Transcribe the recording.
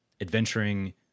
adventuring